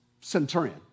centurion